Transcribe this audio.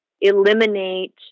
eliminate